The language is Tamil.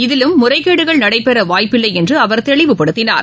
இதிலும் முறைகேடுகள் நடைபெறவாய்ப்பு இல்லைஎன்றுஅவர் தெளிவுபடுத்தினார்